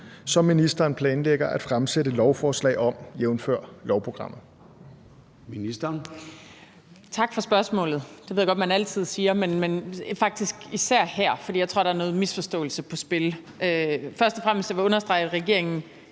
som ministeren planlægger at fremsætte lovforslag om, jævnfør lovprogrammet?